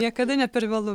niekada ne per vėlu